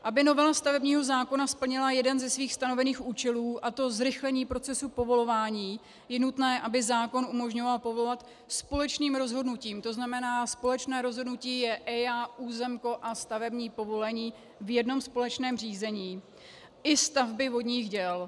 Aby novela stavebního zákona splnila jeden ze svých stanovených účelů, a to zrychlení procesu povolování, je nutné, aby zákon umožňoval povolovat společným rozhodnutím, to znamená společné rozhodnutí je EIA, územko a stavební povolení, v jednom společném řízení i stavby vodních děl.